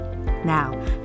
Now